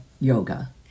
yoga